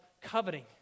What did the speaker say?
coveting